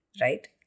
right